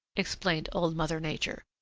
explained old mother nature.